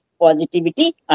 positivity